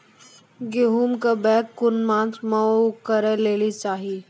गेहूँमक बौग कून मांस मअ करै लेली चाही?